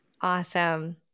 Awesome